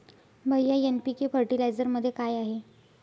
भैय्या एन.पी.के फर्टिलायझरमध्ये काय आहे?